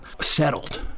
settled